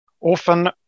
Often